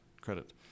credit